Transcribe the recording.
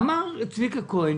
אמר צביקה כהן,